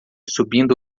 subindo